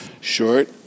Short